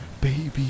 baby